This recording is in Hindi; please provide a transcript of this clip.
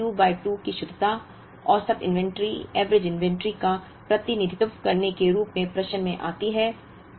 इसलिए Q बाय 2 की शुद्धता औसत इन्वेंट्री का प्रतिनिधित्व करने के रूप में प्रश्न में आती है